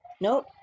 Nope